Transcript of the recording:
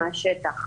מהשטח.